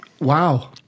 Wow